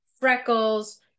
freckles